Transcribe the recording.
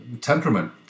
temperament